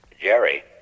Jerry